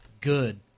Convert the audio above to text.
good